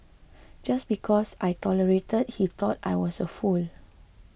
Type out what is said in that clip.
just because I tolerated he thought I was a fool